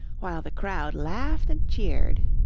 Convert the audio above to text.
while the crowd laughed and cheered.